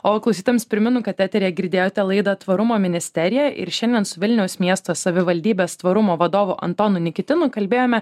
o klausytojams primenu kad eteryje girdėjote laidą tvarumo ministerija ir šiandien su vilniaus miesto savivaldybės tvarumo vadovu antonu nikitinu kalbėjome